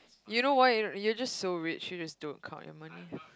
you know why you just so rich you just don't count your money